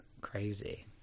Crazy